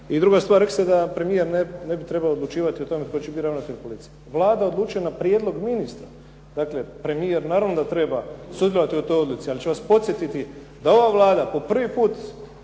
I druga stvar, rekli ste da premijer ne bi trebao odlučivati o tome tko će biti ravnatelj policije. Vlada odlučuje na prijedlog ministra. Dakle premijer naravno da treba sudjelovati u toj odluci, ali ću vas podsjetiti da ova Vlada po prvi puta